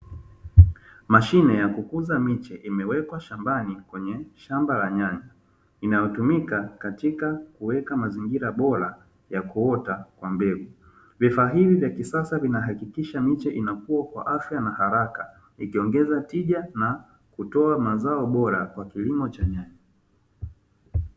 Mashine ya kukuza miche imewekwa shambani kwenye shamba la nyanya, inayotumika katika kuweka mazingira bora ya kuota kwa mbegu. Vifaa hivi vya kisasa vinahakikisha miche inakuwa kwa afya na haraka, ikiongeza tija na kutoa mazao bora kwa kilimo cha nyanya.